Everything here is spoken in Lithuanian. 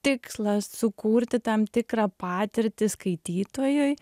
tikslas sukurti tam tikrą patirtį skaitytojui